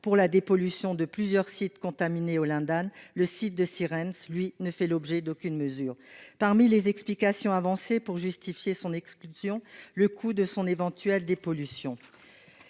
pour la dépollution de plusieurs sites contaminés au lindane, celui de Sierentz, lui, ne fait l'objet d'aucune mesure. Parmi les explications avancées pour justifier son exclusion figure le coût de son éventuelle dépollution.